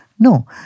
No